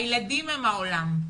הילדים הם העולם.